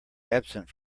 absent